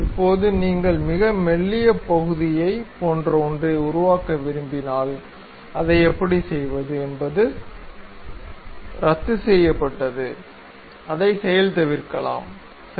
இப்போது நீங்கள் மிக மெல்லிய பகுதியைப் போன்ற ஒன்றை உருவாக்க விரும்பினால் அதை எப்படி செய்வது என்பது ரத்துசெய்யப்பட்டது அதை செயல்தவிர்க்கலாம் சரி